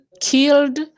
killed